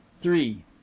three